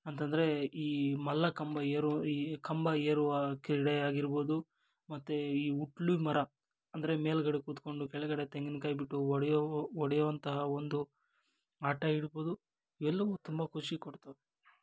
ಅಂತಂದರೆ ಈ ಮಲ್ಲಕಂಬ ಏರು ಈ ಕಂಬ ಏರುವ ಕ್ರೀಡೆ ಆಗಿರ್ಬೋದು ಮತ್ತು ಈ ಉಟ್ಲುದ್ ಮರ ಅಂದರೆ ಮೇಲುಗಡೆ ಕುತ್ಕೊಂಡು ಕೆಳಗಡೆ ತೆಂಗಿನ ಕಾಯಿ ಬಿಟ್ಟು ಒಡೆಯೋ ಒಡೆಯುವಂತಹ ಒಂದು ಆಟ ಇರ್ಬೋದು ಎಲ್ಲವೂ ತುಂಬ ಖುಷಿ ಕೊಡ್ತವೆ